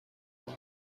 است